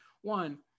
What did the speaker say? one